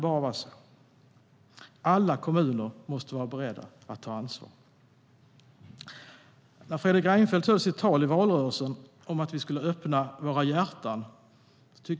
Alla kommuner måste vara beredda att ta ansvar. Fredrik Reinfeldt höll sitt tal i valrörelsen om att vi skulle öppna våra hjärtan.